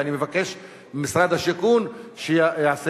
ואני מבקש ממשרד השיכון שיעשה